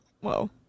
Whoa